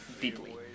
deeply